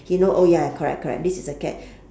you know oh ya correct correct this is a cat